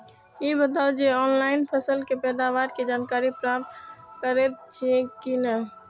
ई बताउ जे ऑनलाइन फसल के पैदावार के जानकारी प्राप्त करेत छिए की नेय?